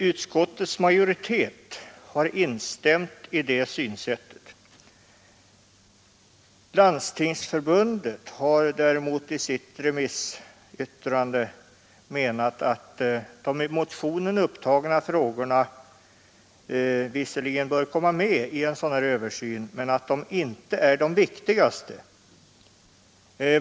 Utskottets majoritet har instämt i det synsättet. Landstingsförbundet menar däremot i sitt remissyttrande, att de i motionen upptagna frågorna visserligen bör komma med i en sådan här översyn men att de inte är de viktigaste.